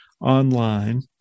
Online